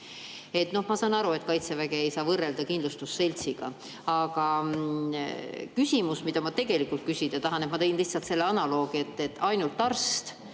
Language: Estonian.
Ma saan aru, et Kaitseväge ei saa võrrelda kindlustusseltsiga. Aga küsimus, mida ma tegelikult küsida tahan – ma tõin lihtsalt selle analoogi, et see, et ainult arst,